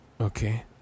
Okay